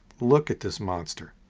look at this monster.